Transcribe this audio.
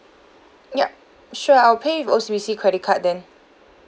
yup sure I'll pay with O_C_B_C credit card then